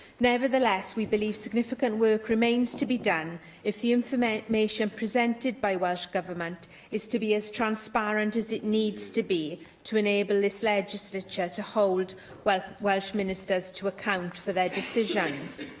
nevertheless, we believe significant work remains to be done if the information presented by welsh government is to be as transparent as it needs to be to enable this legislature to hold welsh welsh ministers to account for their decisions.